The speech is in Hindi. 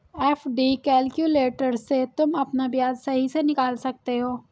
एफ.डी कैलक्यूलेटर से तुम अपना ब्याज सही से निकाल सकते हो